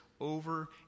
over